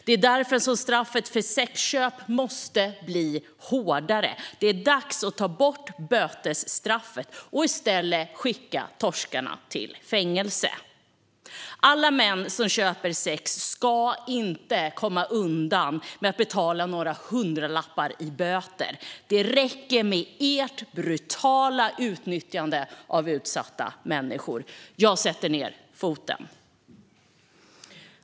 Det är därför som straffet för sexköp måste bli hårdare. Det är dags att ta bort bötesstraffet och i stället skicka torskarna i fängelse. Alla män som köper sex ska inte komma undan med att betala några hundralappar i böter. Det räcker med ert brutala utnyttjande av utsatta människor. Jag sätter ned foten.